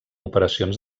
operacions